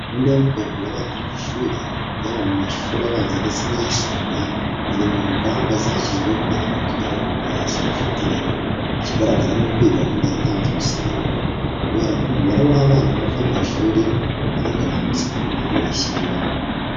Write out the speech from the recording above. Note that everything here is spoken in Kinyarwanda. Gahunda yo kugaburira abana ku ishuri, yaba mu mashuri abanza ndetse n'ayisumbuye, iri mu ngamba zashyizweho kugira ngo tugere ku burezi bufite ireme. Ikigaragara ni uko iyi gahunda yatanze umusaruro, kubera ko umubare w'abana bava mu ishuri waragabanutse kuva aho ishyiriweho.